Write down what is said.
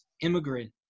immigrant